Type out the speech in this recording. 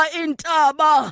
intaba